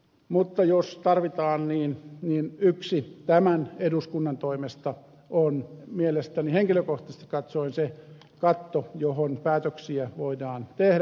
mutta jos tarvitaan niin yksi tämän eduskunnan toimesta on mielestäni henkilökohtaisesti katsoen se katto johon päätöksiä voidaan tehdä